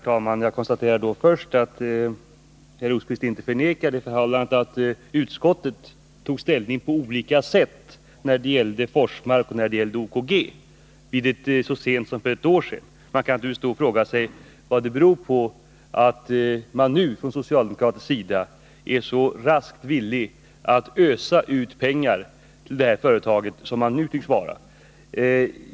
Herr talman! Jag konstaterar först att herr Rosqvist inte förnekar, att utskottet så sent som för ett år sedan tog ställning på skilda sätt när det gällde Forsmark resp. när det gällde OKG. Man kan naturligtvis fråga sig vad det beror på att socialdemokraterna nu är villiga att ösa ut pengar till OKG som man tycks vara.